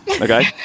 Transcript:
Okay